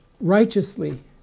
righteously